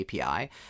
API